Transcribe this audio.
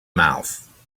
mouth